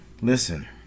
Listen